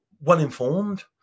well-informed